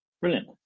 Brilliant